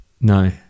No